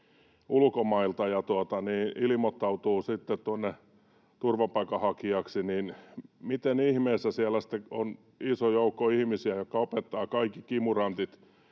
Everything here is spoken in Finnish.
ulkomailta ja ilmoittautuu sitten tuonne turvapaikanhakijaksi, niin miten ihmeessä siellä sitten on iso joukko ihmisiä, jotka opettavat kaikki kimurantit